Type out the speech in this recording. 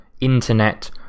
internet